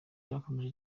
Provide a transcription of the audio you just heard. cyakomeje